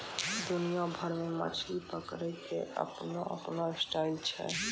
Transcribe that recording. दुनिया भर मॅ मछली पकड़ै के आपनो आपनो स्टाइल छै